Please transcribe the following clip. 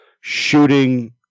shooting